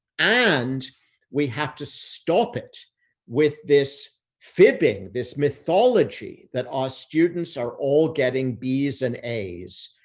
and we have to stop it with this fibbing, this mythology that our students are all getting b's and a's,